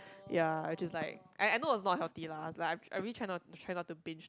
ya which is like I I know is not healthy lah like I'm I really try not try not to binge